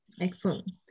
Excellent